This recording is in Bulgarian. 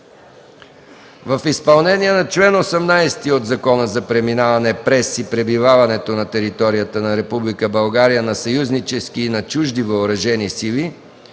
В изпълнение на чл. 18 от Закона за преминаването през и пребиваването на територията на Република България на съюзнически и на чужди въоръжени сили